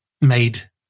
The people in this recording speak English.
made